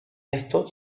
esto